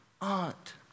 aunt